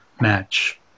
match